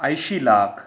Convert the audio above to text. ऐंशी लाख